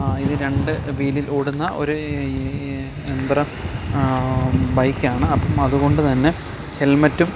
ഇത് രണ്ടു വീലിൽ ഓടുന്ന ഒരു യന്ത്രം ബൈക്കാണ് അപ്പം അതുകൊണ്ടുതന്നെ ഹെൽമെറ്റും